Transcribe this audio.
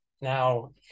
Now